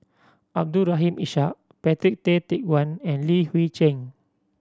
Abdul Rahim Ishak Patrick Tay Teck Guan and Li Hui Cheng